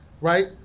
right